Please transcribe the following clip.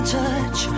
touch